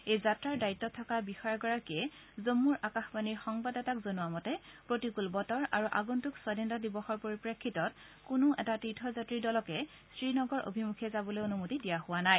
এই যাত্ৰাৰ দায়িত্বত থকা বিষয়াগৰাকীয়ে জন্মুৰ আকাশবাণীৰ সংবাদদাতাক জনোৱা মতে প্ৰতিকূল বতৰ আৰু আগম্ভক স্বাধীনতা দিৱসৰ পৰিপ্ৰেক্ষিতত কোনো এটা তীৰ্থযাত্ৰীৰ দলকে শ্ৰীনগৰ অভিমুখে যাবলৈ অনুমতি দিয়া হোৱা নাই